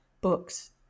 books